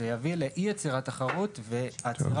בסדר